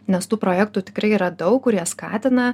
nes tų projektų tikrai yra daug kurie skatina